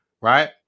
right